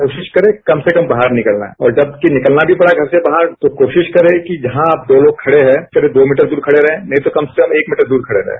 कोशिश करें कम से कम बाहर निकलना है और जब कि निकलना भी पड़ा घर से बाहर तो कोशिश करें कि जहां आप दो लोग खड़े हैं दो मीटर दूर खड़े रहें नहीं तो कम से कम एक मीटर दूर खड़े रहें